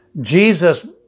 Jesus